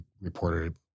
reported